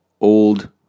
old